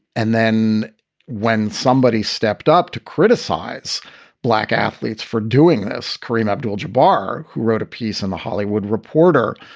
and then when somebody stepped up to criticize black athletes for doing this. kareem abdul jabbar, who wrote a piece in the hollywood reporter,